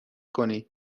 کنی